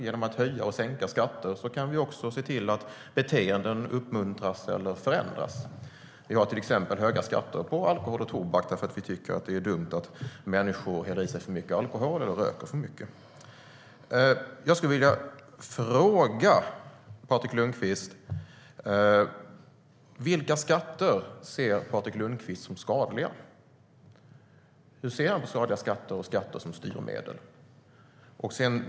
Genom att höja och sänka skatter kan vi se till att beteenden uppmuntras eller förändras. Vi har till exempel höga skatter på alkohol och tobak för att vi tycker att det är dumt att människor häller i sig för mycket alkohol eller röker för mycket. Vilka skatter ser Patrik Lundqvist som skadliga? Hur ser han på skadliga skatter och skatter som styrmedel?